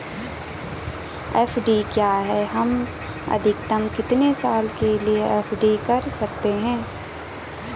FD क्या है हम अधिकतम कितने साल के लिए एफ.डी कर सकते हैं?